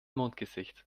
mondgesicht